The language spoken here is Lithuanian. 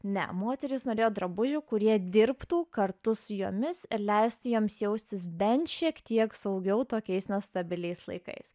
ne moterys norėjo drabužių kurie dirbtų kartu su jomis ir leisti joms jaustis bent šiek tiek saugiau tokiais nestabiliais laikais